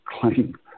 claim